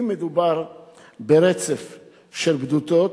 אם מדובר ברצף של בדותות,